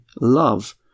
love